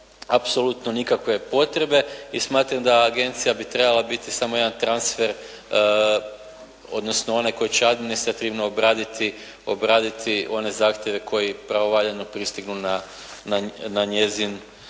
apsolutno nikakve potrebe i smatram da agencija bi trebala biti samo jedan transfer odnosno onaj koji će administrativno obraditi one zahtjeve koji pravovaljano pristignu na njezin,